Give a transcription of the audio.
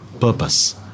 purpose